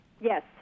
Yes